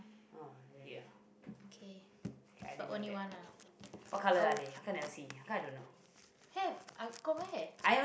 okay but only one ah have i i got wear